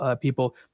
people